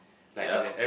yup